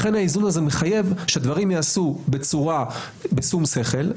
לכן האיזון הזה מחייב שהדברים ייעשו בשום שכל,